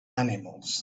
animals